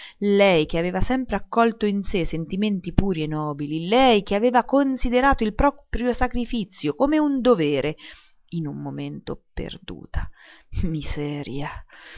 lei che aveva sempre accolto in sé sentimenti puri e nobili lei che aveva considerato il proprio sacrifizio come un dovere in un momento perduta oh miseria